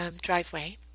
driveway